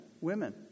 women